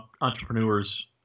entrepreneurs